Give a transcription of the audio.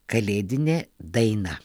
kalėdinė daina